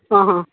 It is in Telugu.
ఆహా